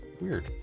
weird